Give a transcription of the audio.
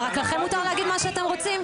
מה, רק לכם מותר להגיד מה שאתם רוצים?